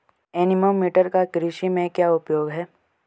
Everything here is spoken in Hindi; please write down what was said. एनीमोमीटर का कृषि में क्या उपयोग है?